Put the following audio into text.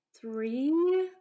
three